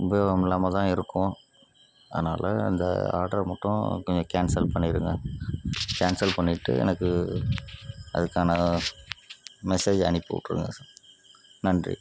உபயோகம் இல்லாமல் தான் இருக்கும் அதனால் அந்த ஆடரை மட்டும் கொஞ்சம் கேன்சல் பண்ணிருங்கள் கேன்சல் பண்ணிவிட்டு எனக்கு அதுக்கான மெசேஜ அனுப்பிவிட்டுருங்க நன்றி